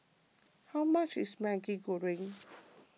how much is Maggi Goreng